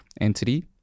entity